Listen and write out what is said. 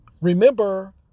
Remember